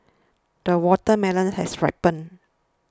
the watermelon has ripened